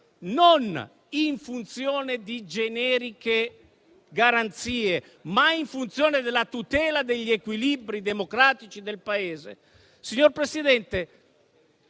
non in funzione di generiche garanzie, ma della tutela degli equilibri democratici del Paese.